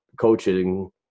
coaching